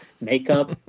makeup